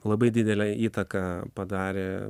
labai didelę įtaką padarė